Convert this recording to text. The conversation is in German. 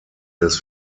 des